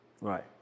Right